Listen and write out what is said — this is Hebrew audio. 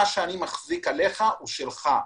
מה שאני מחזיק עליך הוא שלך.